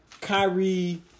Kyrie